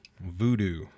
Voodoo